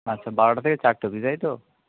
আচ্ছা বারোটা থেকে চারটা অবধি তাই তো